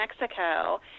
mexico